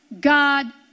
God